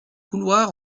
couloir